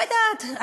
לא יודעת,